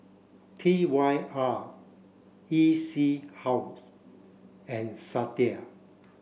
T Y R E C House and Sadia